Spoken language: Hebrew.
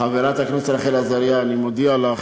חברת הכנסת רחל עזריה, אני מודיע לך,